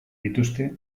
dituzte